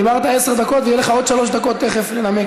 דיברת עשר דקות ויהיו לך עוד שלוש דקות תכף לנמק,